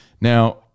Now